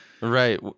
Right